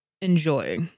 enjoy